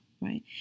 right